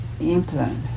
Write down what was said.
implant